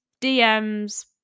DMs